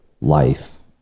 life